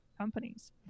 companies